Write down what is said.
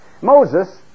Moses